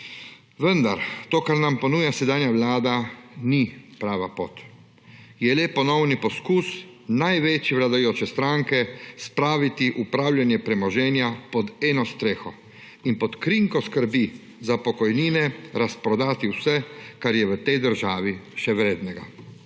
Vendar to, kar nam ponuja sedanja vlada, ni prava pot. Je le ponovni poskus največje vladajoče stranke spraviti upravljanje premoženja pod eno streho in pod krinko skrbi za pokojnine razprodati vse, kar je v tej državi še vrednega.